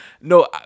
No